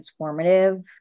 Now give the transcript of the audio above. transformative